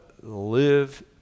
live